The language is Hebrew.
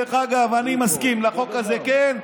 דרך אגב: אני מסכים לחוק הזה כן,